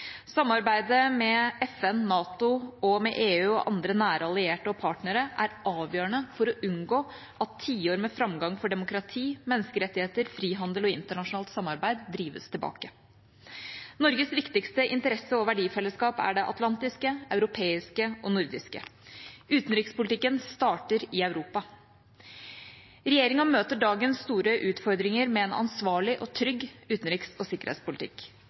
Samarbeidet med FN, NATO, EU og andre nære allierte og partnere er avgjørende for å unngå at tiår med framgang for demokrati, menneskerettigheter, frihandel og internasjonalt samarbeid drives tilbake. Norges viktigste interesse og verdifellesskap er det atlantiske, europeiske og nordiske. Utenrikspolitikken starter i Europa. Regjeringa møter dagens store utfordringer med en ansvarlig og trygg utenriks- og sikkerhetspolitikk.